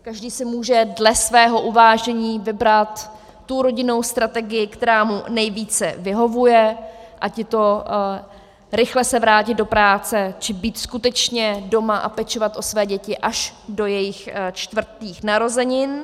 Každý si může dle svého uvážení vybrat tu rodinnou strategii, která mu nejvíce vyhovuje, rychle se vrátit do práce, či být skutečně doma a pečovat o své děti až do jejich čtvrtých narozenin.